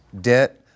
Debt